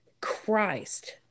Christ